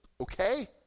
okay